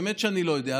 באמת שאני לא יודע,